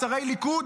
שרי הליכוד,